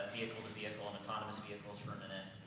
vehicle to vehicle, and autonomous vehicles for and and